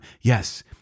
Yes